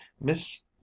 Miss